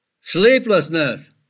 sleeplessness